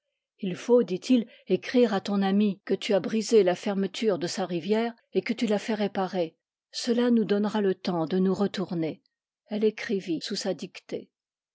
ii faut dit-il écrire à ton amie que tu as brisé la fermeture de sa rivière et que tu la fais réparer cela nous donnera le temps de nous retourner elle écrivit sous sa dictée